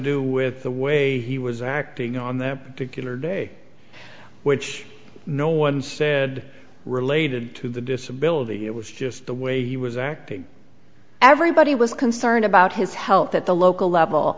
do with the way he was acting on that particular day which no one said related to the disability it was just the way he was acting everybody was concerned about his health at the local level